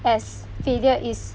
as failure is